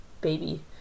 baby